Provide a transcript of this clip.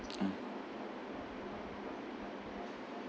ah